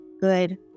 good